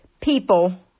people